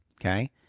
Okay